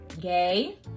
gay